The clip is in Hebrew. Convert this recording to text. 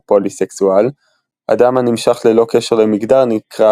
או פוליסקסואל אדם הנמשך ללא קשר למגדר נקרא